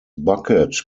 bucket